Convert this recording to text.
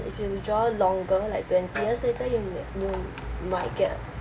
if you withdraw longer like twenty years later you you might get